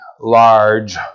large